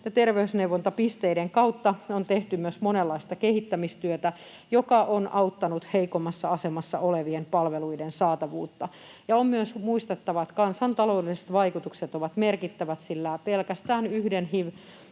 terveysneuvontapisteiden kautta on tehty myös monenlaista kehittämistyötä, joka on auttanut heikommassa asemassa olevien palveluiden saatavuutta. Ja on myös muistettava, että kansantaloudelliset vaikutukset ovat merkittävät, sillä pelkästään yhden